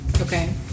okay